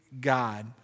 God